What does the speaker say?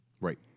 right